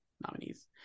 nominees